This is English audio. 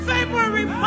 February